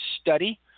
study